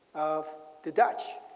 of the dutch.